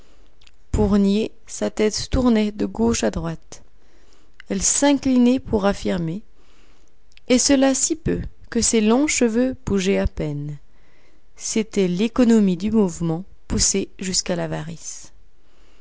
pour nier sa tête tournait de gauche à droite elle s'inclinait pour affirmer et cela si peu que ses longs cheveux bougeaient à peine c'était l'économie du mouvement poussée jusqu'à l'avarice